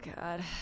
God